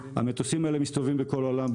המטוסים האלה מסתובבים בכל העולם,